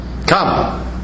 Come